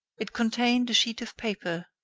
it contained a sheet of paper,